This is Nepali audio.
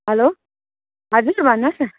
हेलो हजुर भन्नुहोस् न